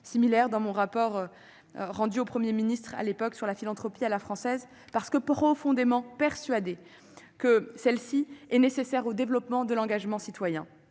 proposition dans mon rapport, remis au Premier ministre de l'époque, sur la philanthropie à la française, étant persuadée que celle-ci est nécessaire au développement de l'engagement citoyen.